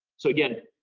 so again,